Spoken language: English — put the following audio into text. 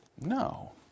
no